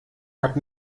hat